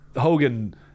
Hogan –